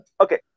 Okay